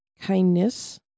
kindness